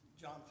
John